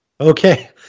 Okay